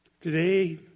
Today